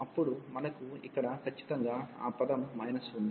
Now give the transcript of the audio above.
అప్పుడు మనకు ఇక్కడ ఖచ్చితంగా ఆ పదం మైనస్ ఉంది